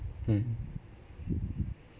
mmhmm